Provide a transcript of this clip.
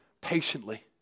patiently